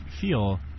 feel